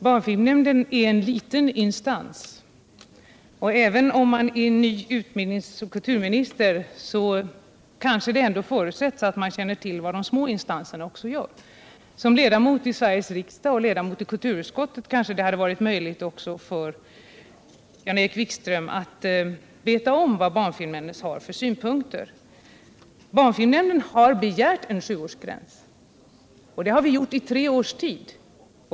Herr talman! Barnfilmnämnden är en liten instans, men även om man är ny utbildningsoch kulturminister kanske det ändå förutsätts att man känner till också vad de små instanserna gör. Som ledamot av Sveriges riksdag och tidigare av kulturutskottet kanske det hade varit möjligt också för Jan-Erik Wikström att veta vilka synpunkter barnfilmnämnden har. Barnfilmnämnden har begärt en sjuårsgräns. Det har vi gjort i tre års tid.